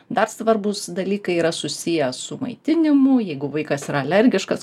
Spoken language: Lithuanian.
dar svarbūs dalykai yra susiję su maitinimu jeigu vaikas yra alergiškas